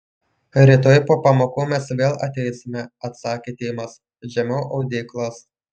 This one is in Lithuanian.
rytoj po pamokų mes vėl ateisime atsakė timas žemiau audyklos